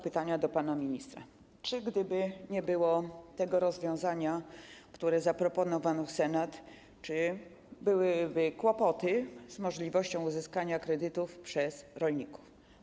Pytania do pana ministra: Czy gdyby nie było tego rozwiązania, które zaproponował Senat, byłyby kłopoty z możliwością uzyskania kredytów przez rolników?